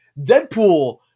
Deadpool